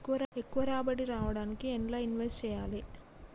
ఎక్కువ రాబడి రావడానికి ఎండ్ల ఇన్వెస్ట్ చేయాలే?